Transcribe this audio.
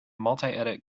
multiedit